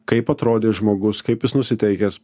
kaip atrodė žmogus kaip jis nusiteikęs